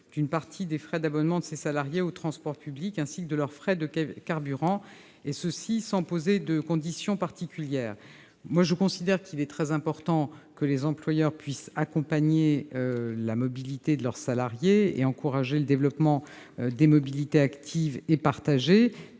d'une partie des frais d'abonnement de ses salariés aux transports publics ainsi que de leurs frais de carburant, et ceci, sans poser de conditions particulières. Il me semble très important que les employeurs accompagnent la mobilité de leurs salariés et encouragent le développement des mobilités actives et partagées,